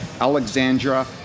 Alexandra